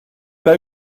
pas